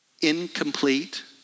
incomplete